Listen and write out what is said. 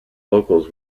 local